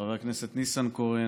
חבר הכנסת ניסנקורן,